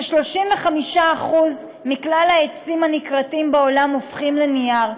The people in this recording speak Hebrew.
כ-35% מכלל העצים הנכרתים בעולם הופכים לנייר.